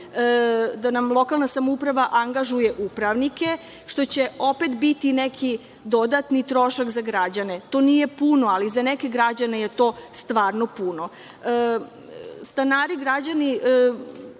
da nam lokalna samouprava angažuje upravnike, što će opet biti neki dodatni trošak za građane. To nije puno, ali za neke građane je to stvarno puno. Stanari, građani,